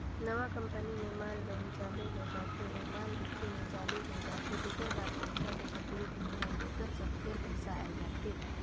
नवा कंपनी म माल बइन चालू हो जाथे अउ माल बिके ले चालू होए जाथे तेकर बाद पइसा के तकलीफ नी होय ओकर जग फेर पइसा आए जाथे